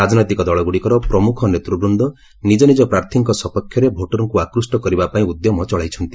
ରାଜନୈତିକ ଦଳଗୁଡ଼ିକର ପ୍ରମୁଖ ନେତୃବୃନ୍ଦ ନିଜ ନିଜ ପ୍ରାର୍ଥୀଙ୍କ ସପକ୍ଷରେ ଭୋଟରଙ୍କୁ ଆକୁଷ୍ଟ କରିବା ପାଇଁ ଉଦ୍ୟମ ଚଳାଇଛନ୍ତି